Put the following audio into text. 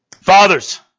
Fathers